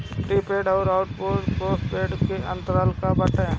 Prepaid अउर postpaid में का अंतर बाटे?